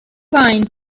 line